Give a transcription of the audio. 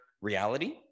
reality